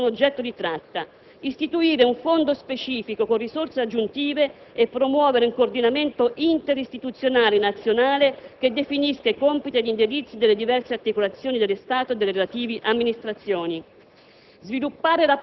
per l'accattonaggio o sono oggetto di tratta; istituire un fondo specifico con risorse aggiuntive e promuovere un coordinamento interistituzionale nazionale che definisca i compiti e gli indirizzi delle diverse articolazioni dello Stato e delle relative amministrazioni;